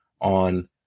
on